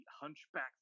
Hunchback